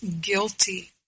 guilty